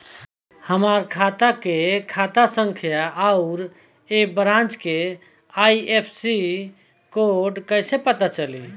हमार खाता के खाता संख्या आउर ए ब्रांच के आई.एफ.एस.सी कोड कैसे पता चली?